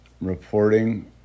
reporting